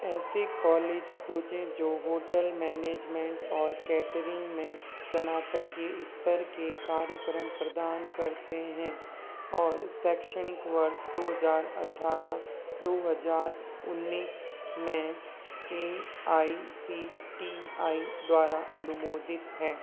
ऐसे कॉलेज खोजें जो होटल मैनेजमेंट और केटरिंग में स्नातकीय स्तर के कार्यक्रम प्रदान करते हैं और शैक्षणिक वर्ष दो हजार अठारह दो हजार उन्नीस में A I C T I द्वारा अनुमोदित हैं